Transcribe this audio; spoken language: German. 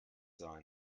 sein